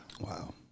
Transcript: Wow